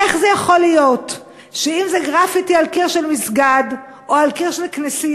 איך זה יכול להיות שאם זה גרפיטי על קיר של מסגד או על קיר של כנסייה,